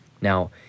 now